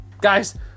Guys